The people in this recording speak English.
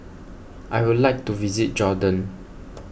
I would like to visit Jordan